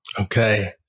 Okay